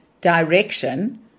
direction